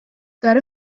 داره